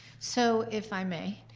so if i may,